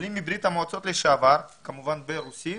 לעולים מברית המועצות לשעבר, כמובן ברוסית,